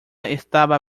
estaba